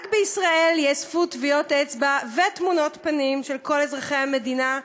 רק בישראל ייאספו טביעות אצבע ותמונות פנים של כל אזרחי המדינה,